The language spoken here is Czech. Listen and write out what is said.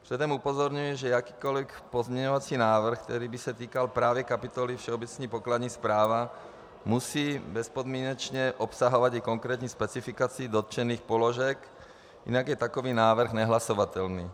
Předem upozorňuji, že jakýkoli pozměňovací návrh, který by se týkal právě kapitoly Všeobecná pokladní správa, musí bezpodmínečně obsahovat i konkrétní specifikaci dotčených položek, jinak je takový návrh nehlasovatelný.